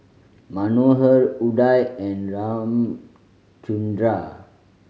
Manohar Udai and Ramchundra